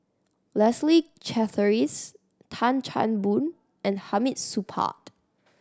Leslie Charteris Tan Chan Boon and Hamid Supaat